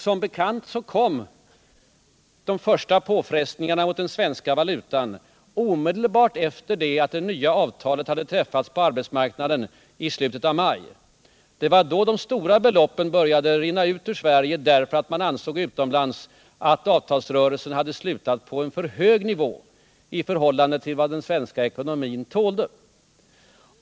Som bekant kom de första påfrestningarna på den svenska valutan omedelbart efter det att avtalen på arbetsmarknaden hade träffats i slutet av maj. Det var då de stora beloppen började rinna ut ur Sverige, därför att man utomlands ansåg att avtalsrörelsen hade slutat på en för hög nivå i förhållande till vad den svenska ekonomin tålde.